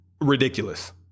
ridiculous